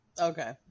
Okay